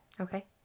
Okay